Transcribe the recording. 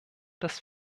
das